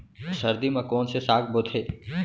सर्दी मा कोन से साग बोथे?